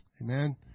Amen